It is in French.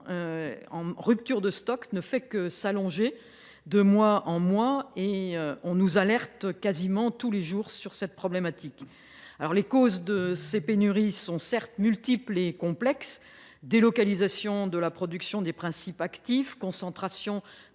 en rupture de stock ne fait que s’allonger de mois en mois, et l’on nous alerte quasiment tous les jours sur cette problématique. Certes, madame la ministre, les causes de ces pénuries sont multiples et complexes : délocalisation de la production des principes actifs, concentration